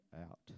out